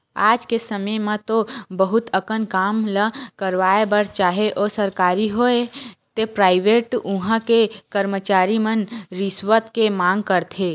आज के समे म तो बहुत अकन काम ल करवाय बर चाहे ओ सरकारी होवय ते पराइवेट उहां के करमचारी मन रिस्वत के मांग करथे